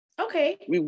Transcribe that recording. Okay